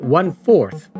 one-fourth